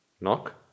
Knock